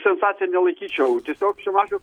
sensacija nelaikyčiau tiesiog šimašius